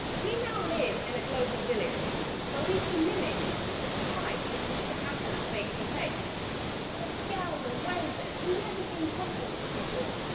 we now live in a global village where we can mimic the ties that used to happen face to face, but on a scale and in ways that have never been possible before.